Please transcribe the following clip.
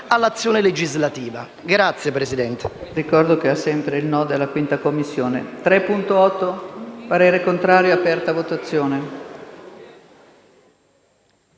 all'azione legislativa.